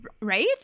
right